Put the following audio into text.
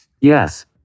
Yes